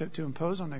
to impose on the